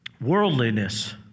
worldliness